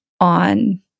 on